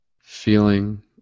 Feeling